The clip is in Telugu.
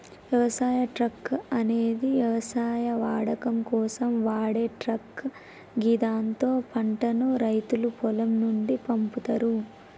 వ్యవసాయ ట్రక్ అనేది వ్యవసాయ వాడకం కోసం వాడే ట్రక్ గిదాంతో పంటను రైతులు పొలం నుండి పంపుతరు